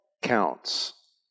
Counts